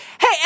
Hey